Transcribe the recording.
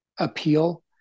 appeal